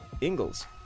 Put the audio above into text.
Ingles